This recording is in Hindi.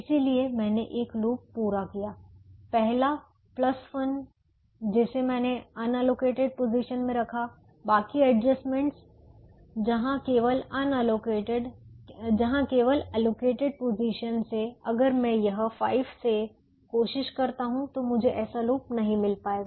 इसलिए मैंने एक लूप पूरा किया पहला 1 जिसे मैंने अनएलोकेटेड पोजीशन में रखा बाकी एडजस्टमेंट जहां केवल एलोकेटेड पोजीशन से अगर मैं यह 5 से कोशिश करता हूं तो मुझे ऐसा लूप नहीं मिल पाएगा